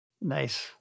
Nice